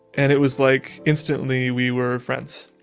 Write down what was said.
and it was like instantly we were friends.